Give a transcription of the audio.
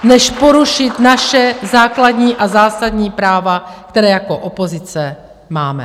Než porušit naše základní a zásadní práva, která jako opozice máme.